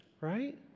Right